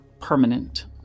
permanent